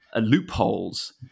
loopholes